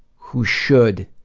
who should